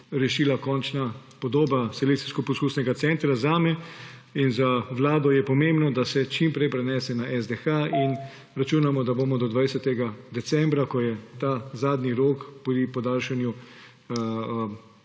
rešila končna podoba Selekcijsko-poskusnega centra. Zame in za Vlado je pomembno, da se čim prej prenese na SDH. Računamo, da bomo do 20. decembra, ko je zadnji rok pri podaljšanju